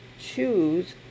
choose